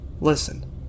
Listen